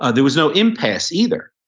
ah there was no impasse either.